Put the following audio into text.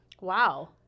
Wow